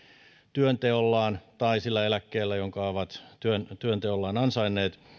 työnteollaan tai sillä eläkkeellä jonka ovat työnteollaan ansainneet